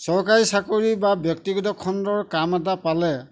চৰকাৰী চাকৰি বা ব্যক্তিগত খণ্ডৰ কাম এটা পালে